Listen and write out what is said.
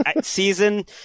season